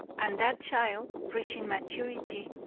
and that child, reaching maturity,